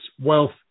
wealth